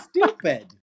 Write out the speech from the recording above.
stupid